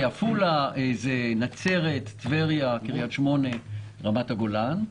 בעפולה, נצרת, טבריה, קריית שמונה, רמת הגולן.